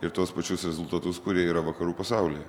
ir tuos pačius rezultatus kurie yra vakarų pasaulyje